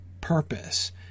purpose